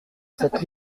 cette